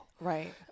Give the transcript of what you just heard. Right